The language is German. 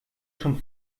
schon